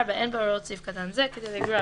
(4)אין בהוראות סעיף קטן זה כדי לגרוע